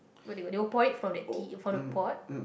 what do you what do you pour it from that tea you from the pot